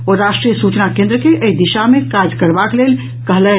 ओ राष्ट्रीय सूचना केंद्र के एहि दिशा मे काज करबाक लेल कहलनि